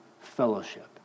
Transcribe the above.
fellowship